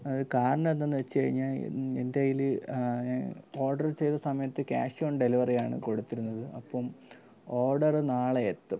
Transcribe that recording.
അത് കാരണം എന്തെന്ന് വച്ചു കഴിഞ്ഞാൽ എൻ്റെ കയ്യിൽ ഞാൻ ഓഡർ ചെയ്ത സമയത്ത് ക്യാഷ് ഓൺ ഡെലിവറിയാണ് കൊടുത്തിരുന്നത് അപ്പം ഓഡറ് നാളെയെത്തും